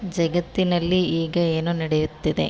ಜಗತ್ತಿನಲ್ಲಿ ಈಗ ಏನು ನಡೆಯುತ್ತಿದೆ